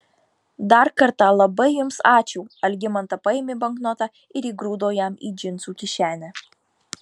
dar kartą labai jums ačiū algimanta paėmė banknotą ir įgrūdo jam į džinsų kišenę